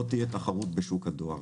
לא תהיה תחרות בשוק הדואר.